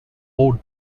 old